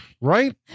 right